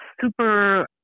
super